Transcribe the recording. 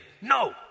no